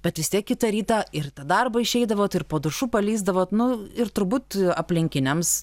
bet vis tiek kitą rytą ir į tą darbą išeidavot ir po dušu paleisdavot nu ir turbūt aplinkiniams